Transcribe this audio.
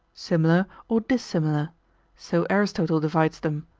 similar or dissimilar so aristotle divides them,